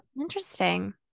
interesting